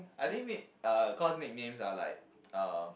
I think nick~ uh cause nicknames are like uh